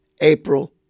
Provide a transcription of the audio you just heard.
April